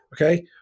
Okay